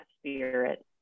spirit